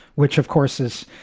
which, of course, is,